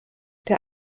der